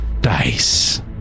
Dice